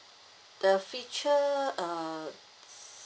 the feature uh